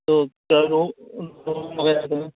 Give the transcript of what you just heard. تو کیا کہوں اُن روم وغیرہ کا